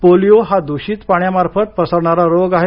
polio हा दुषित पाण्यामार्फत पसरणारा रोग आहे